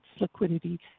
liquidity